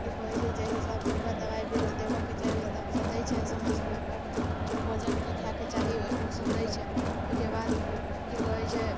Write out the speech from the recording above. की कहै छै जाहि हिसाबसँ ओकरा दबाइ बिरो देबयके चाही ओहि हिसाबसँ दै छै समय समयपर भोजन की खायके चाही ओ सभ दै छै ओहिके बाद की कहैत छै